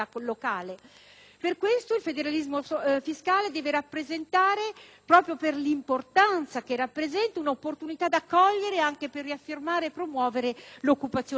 per questo motivo il federalismo fiscale deve rappresentare, proprio per l'importanza che rappresenta, un'opportunità da cogliere anche per riaffermare e promuovere l'occupazione femminile.